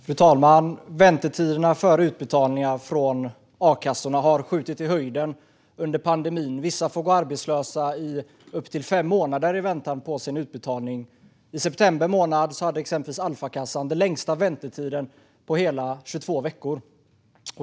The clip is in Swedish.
Fru talman! Väntetiderna för utbetalningar från a-kassorna har skjutit i höjden under pandemin. Vissa får gå arbetslösa i upp till fem månader i väntan på sin utbetalning. I september månad hade exempelvis Alfakassan den längsta väntetiden, hela 22 veckor.